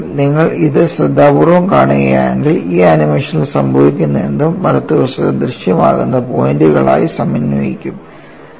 നിങ്ങൾ ഇത് ശ്രദ്ധാപൂർവ്വം കാണുകയാണെങ്കിൽ ഈ ആനിമേഷനിൽ സംഭവിക്കുന്നതെന്തും വലതുവശത്ത് ദൃശ്യമാകുന്ന പോയിന്റുകളുമായി സമന്വയിപ്പിക്കും